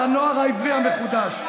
מה רב הכוח של הנוער העברי המחודש.